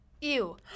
Ew